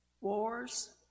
Wars